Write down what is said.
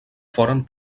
foren